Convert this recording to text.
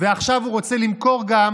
ועכשיו הוא רוצה למכור גם